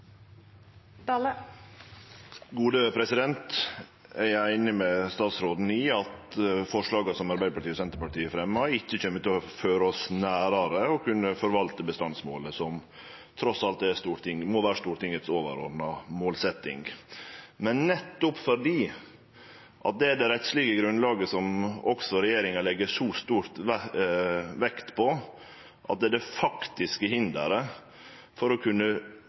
einig med statsråden i at forslaga som Arbeidarpartiet og Senterpartiet har fremja, ikkje kjem til å føre oss nærare å kunne forvalte bestandsmålet, som trass alt må vere Stortingets overordna målsetjing. Men nettopp fordi det er det rettslege grunnlaget, som også regjeringa legg så stor vekt på, som er det faktiske hinderet for å kunne